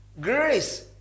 grace